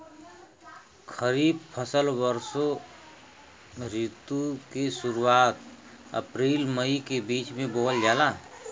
खरीफ फसल वषोॅ ऋतु के शुरुआत, अपृल मई के बीच में बोवल जाला